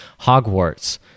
hogwarts